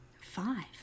Five